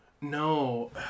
No